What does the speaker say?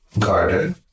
garden